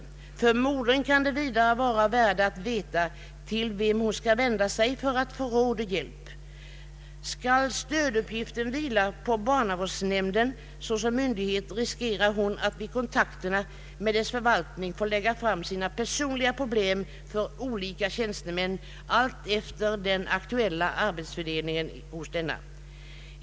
För modern kan det vidare vara av värde att veta till vem hon skall vända sig för att få råd och hjälp. Skall stöduppgiften vila på barnavårdsnämnden såsom myndighet riskerar hon att vid kontakterna med dess förvaltning få lägga fram sina personliga problem för olika tjänstemän allt efter den aktuella arbetsfördelningen hos denna.